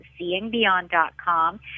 seeingbeyond.com